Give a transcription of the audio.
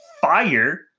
fire